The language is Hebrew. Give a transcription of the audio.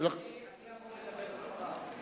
אני אמור לדבר אחריו.